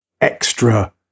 extra